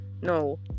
no